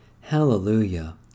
Hallelujah